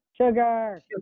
Sugar